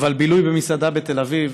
אבל בילוי במסעדה בתל אביב